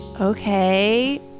Okay